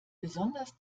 besonders